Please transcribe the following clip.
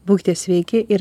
būkite sveiki ir